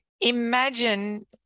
imagine